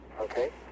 Okay